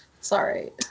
Sorry